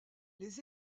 les